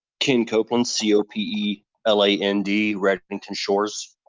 ken copeland c o p e l a n d, reddi reddington shores.